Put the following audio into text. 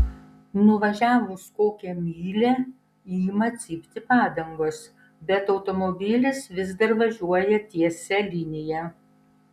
nuvažiavus kokią mylią ima cypti padangos bet automobilis vis dar važiuoja tiesia linija